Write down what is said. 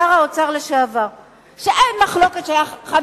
לשעבר שר האוצר,